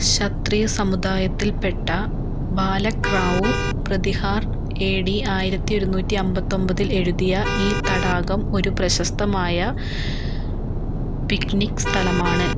ക്ഷത്രിയ സമുദായത്തിൽപ്പെട്ട Balak Rao Pratihar A D ആയിരത്തി ഒരുന്നൂറ്റി അമ്പത്തൊമ്പതിൽ എഴുതിയ ഈ തടാകം ഒരു പ്രശസ്തമായ പിക്നിക് സ്ഥലമാണ്